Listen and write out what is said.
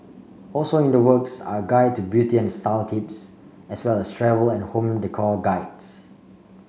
also in the works are a guide to beauty and style tips as well as travel and home decor guides